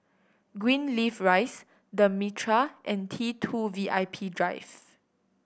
Greenleaf Rise The Mitraa and T Two V I P Drive